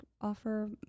offer